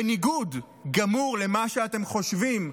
בניגוד גמור למה שאתם חושבים,